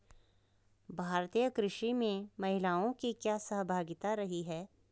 भारतीय कृषि में महिलाओं की क्या सहभागिता रही है?